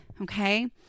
Okay